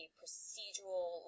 procedural